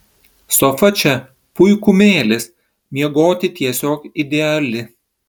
sofa čia puikumėlis miegoti tiesiog ideali